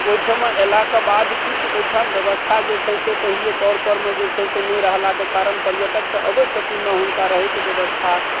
तऽ ओइठमा अयलाक बाद किछु ओइठाम व्यवस्था जे छै से पहिले तौरपर मे जे छै से नहि रहलाके कारण पर्यटक तऽ अबै छथिन ने हुनका रहैके व्यवस्था